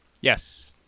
Yes